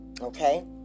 Okay